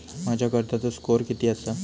माझ्या कर्जाचो स्कोअर किती आसा?